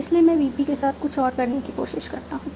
इसलिए मैं VP के साथ कुछ और करने की कोशिश करता हूं